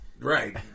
right